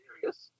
serious